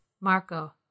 Marco